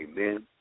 amen